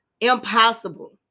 impossible